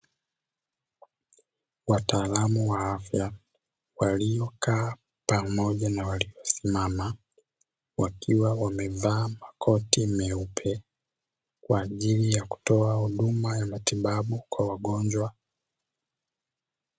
Wataalamu wa afya waliokaa pamoja na waliosimama, wakiwa wamevaa makoti meupe kwa ajili ya kutoa huduma ya matibabu kwa wagonjwa.